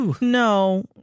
no